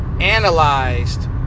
analyzed